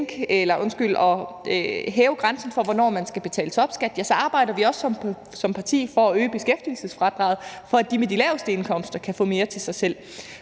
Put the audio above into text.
at hæve grænsen for, hvornår man skal betale topskat, arbejder vi også som parti for at øge beskæftigelsesfradraget, for at dem med de laveste indkomster kan få mere til sig selv.